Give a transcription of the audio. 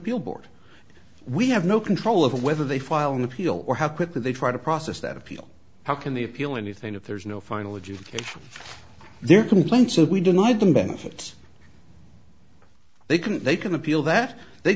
board we have no control over whether they file an appeal or how quickly they try to process that appeal how can they appeal anything if there is no final adjudication their complaint so we deny them benefits they can they can appeal that they